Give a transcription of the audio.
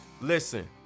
Listen